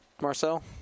Marcel